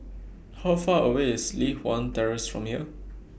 How Far away IS Li Hwan Terrace from here